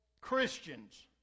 Christians